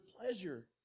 pleasure